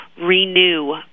Renew